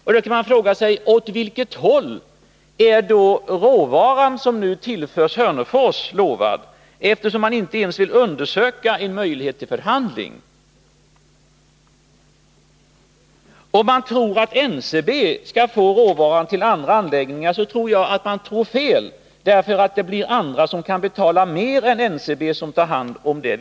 Man kan fråga sig: Åt vilket håll är då råvaran som nu tillförs Hörnefors lovad? Man vill ju inte ens undersöka en möjlighet till förhandling. Om man tror att NCB skall få råvaran för andra anläggningar tar man nog fel, därför att det blir andra, som kan betala mer än NCB, som tar hand om virket.